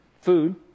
food